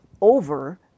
over